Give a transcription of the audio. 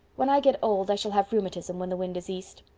when i get old i shall have rheumatism when the wind is east.